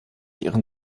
ihren